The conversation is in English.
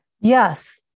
yes